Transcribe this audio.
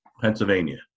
Pennsylvania